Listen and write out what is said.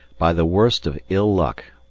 by the worst of ill-luck,